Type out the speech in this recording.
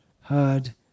heard